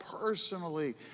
personally